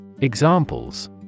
Examples